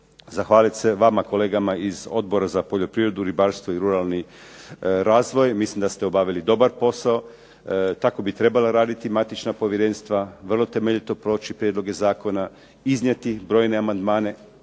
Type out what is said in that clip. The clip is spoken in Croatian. zahvaliti se vama kolegama iz Odbora za poljoprivredu, ribarstvo i ruralni razvoj, mislim da ste obavili dobar posao, tako bi trebala raditi matična povjerenstva, vrlo temeljito proći prijedloge zakona, iznijeti brojne amandmane,